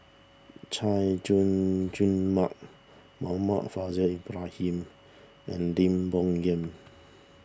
Chay Jung Jun Mark Muhammad Faishal Ibrahim and Lim Bo Yam